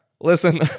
listen